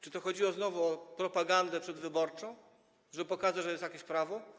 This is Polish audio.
Czy tu chodziło znowu o propagandę przedwyborczą, żeby pokazać, że jest jakieś prawo?